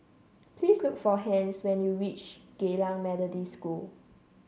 please look for Hence when you reach Geylang Methodist School